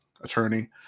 attorney